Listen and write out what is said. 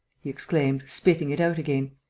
he exclaimed, spitting it out again.